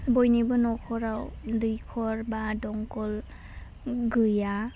बयनिबो नख'राव दैख'र बा दंखल गैया